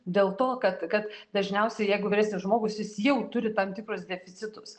dėl to kad kad dažniausiai jeigu vyresnis žmogus jis jau turi tam tikrus deficitus